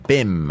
Bim